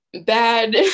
bad